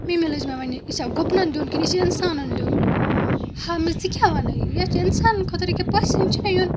مٔمی لٔج مےٚ ونٛنہِ یہِ چھا گُپنَن دیُن کِنہٕ یہِ چھِ اِنسانَن دیُن ہا مےٚ ژٕ کیاہ وَنان یہِ یہِ چھِ اِنسانَن خٲطرٕ ییٚکیٛاہ پَژھٮ۪ن چھُنہ یُن